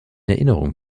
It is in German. erinnerung